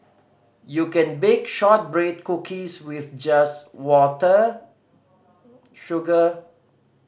you can bake shortbread cookies with just water sugar